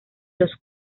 los